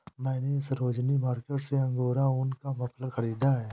मैने सरोजिनी मार्केट से अंगोरा ऊन का मफलर खरीदा है